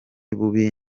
bubi